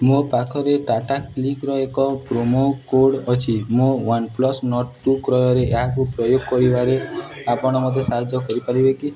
ମୋ ପାଖରେ ଟାଟା କ୍ଲିକ୍ର ଏକ ପ୍ରୋମୋ କୋଡ଼୍ ଅଛି ମୋ ୱାନ୍ ପ୍ଲସ୍ ନଡ଼୍ ଟୁ କ୍ରୟରେ ଏହାକୁ ପ୍ରୟୋଗ କରିବାରେ ଆପଣ ମୋତେ ସାହାଯ୍ୟ କରିପାରିବେ କି